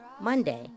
Monday